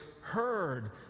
heard